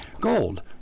Gold